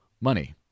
money